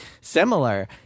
similar